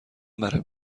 برای